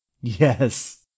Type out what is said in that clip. Yes